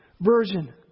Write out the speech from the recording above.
version